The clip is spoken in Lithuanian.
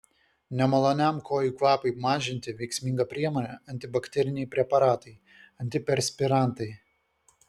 nemaloniam kojų kvapui mažinti veiksminga priemonė antibakteriniai preparatai antiperspirantai